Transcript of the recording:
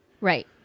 Right